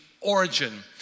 origin